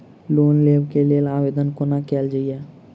Loan लेबऽ कऽ लेल आवेदन कोना कैल जाइया?